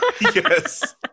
Yes